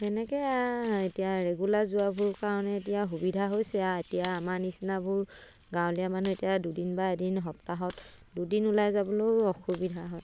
তেনেকৈ আ এতিয়া ৰেগুলাৰ যোৱাবোৰ কাৰণে এতিয়া সুবিধা হৈছে আ এতিয়া আমাৰ নিচিনাবোৰ গাঁৱলীয়া মানুহ এতিয়া দুদিন বা এদিন সপ্তাহত দুদিন ওলাই যাবলৈও অসুবিধা হয়